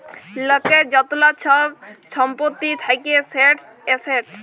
লকের য্তলা ছব ছম্পত্তি থ্যাকে সেট এসেট